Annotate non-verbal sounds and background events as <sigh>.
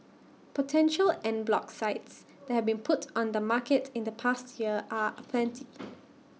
potential en bloc sites that have been put on the market in the past year are aplenty <noise>